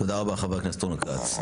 תודה רבה, חבר הכנסת רון כץ.